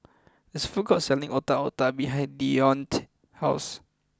there is a food court selling Otak Otak behind Deonte's house